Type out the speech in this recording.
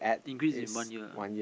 increase in one year ah